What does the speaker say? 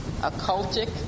occultic